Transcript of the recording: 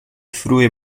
frue